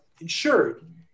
insured